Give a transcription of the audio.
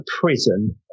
prison